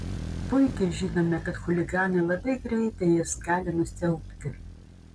puikiai žinome kad chuliganai labai greitai jas gali nusiaubti